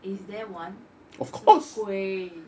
is there one 什么鬼